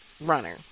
runner